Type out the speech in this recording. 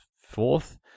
fourth